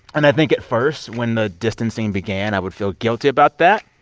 and i think at first, when the distancing began, i would feel guilty about that.